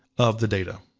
of the data.